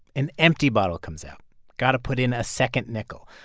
an empty bottle comes out got to put in a second nickel.